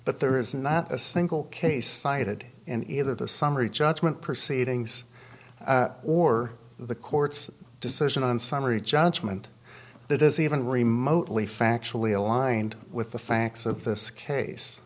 but there is not a single case cited in either the summary judgment proceedings or the court's decision on summary judgment that is even remotely factually aligned with the facts of this case